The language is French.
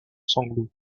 sanglots